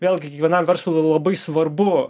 vėlgi kiekvienam verslui labai svarbu